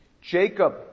Jacob